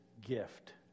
gift